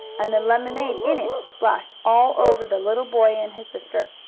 and the lemonade in it splashed all over the little boy and his sister.